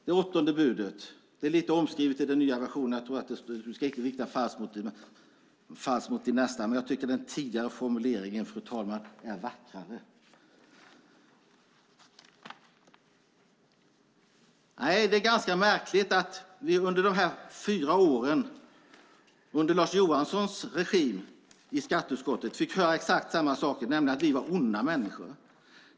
Det är åttonde budet, fast det är lite omskrivet i den nya versionen, där jag tror att det står: "Du skall inte vittna falskt mot din nästa", men jag tycker, fru talman, att den tidigare formuleringen är vackrare. Det är ganska märkligt att vi under de fyra åren under Lars Johanssons regim i skatteutskottet fick höra exakt samma sak, nämligen att vi var onda människor.